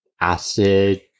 acid